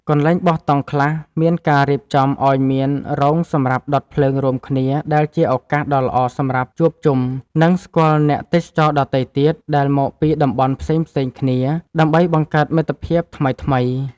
កន្លែងបោះតង់ខ្លះមានការរៀបចំឱ្យមានរោងសម្រាប់ដុតភ្លើងរួមគ្នាដែលជាឱកាសដ៏ល្អសម្រាប់ជួបជុំ និង ស្គាល់អ្នកទេសចរដទៃទៀតដែលមកពីតំបន់ផ្សេងៗគ្នាដើម្បីបង្កើតមិត្តភាពថ្មីៗ។